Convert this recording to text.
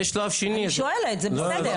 אני שואלת, זה בסדר.